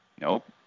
Nope